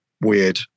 weird